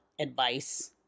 advice